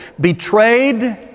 betrayed